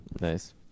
Nice